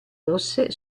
rosse